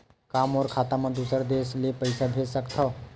का मोर खाता म दूसरा देश ले पईसा भेज सकथव?